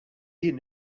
jien